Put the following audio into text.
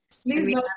Please